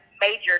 major